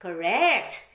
Correct